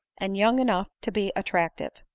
and young enough to be attractive.